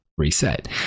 reset